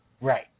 Right